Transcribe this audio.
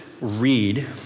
read